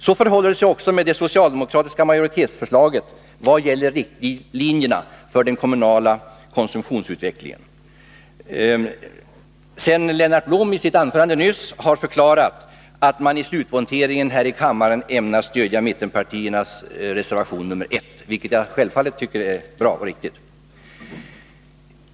Så förhåller det sig också med det socialdemokratiska majoritetsförslaget vad gäller riktlinjerna för den kommunala konsumtionsutvecklingen, sedan Lennart Blom nyss har förklarat att moderaterna i slutvoteringen här i kammaren ämnar stödja mittenpartiernas reservation 1, vilket jag självfallet tycker är bra och riktigt.